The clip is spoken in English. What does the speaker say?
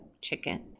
chicken